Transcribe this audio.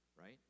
Right